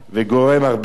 והוא גורם הרבה פעמים,